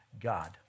God